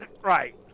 Right